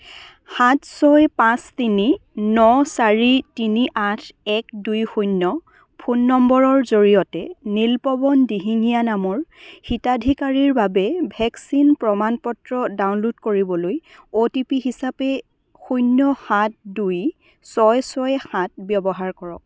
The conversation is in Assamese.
সাত ছয় পাঁচ তিনি ন চাৰি তিনি আঠ এক দুই শূন্য ফোন নম্বৰৰ জৰিয়তে নীলপৱন দিহিঙীয়া নামৰ হিতাধিকাৰীৰ বাবে ভেকচিন প্ৰমাণ পত্ৰ ডাউনল'ড কৰিবলৈ অ' টি পি হিচাপে শূন্য সাত দুই ছয় ছয় সাত ব্যৱহাৰ কৰক